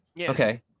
Okay